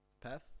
path